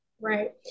right